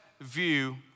view